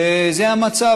וזה המצב,